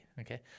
okay